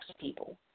people